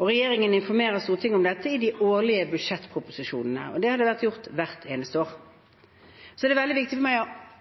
og regjeringen informerer Stortinget om dette i de årlige budsjettproposisjonene. Det har vært gjort hvert eneste år. Det er veldig viktig for meg å